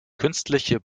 künstliche